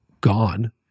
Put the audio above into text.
gone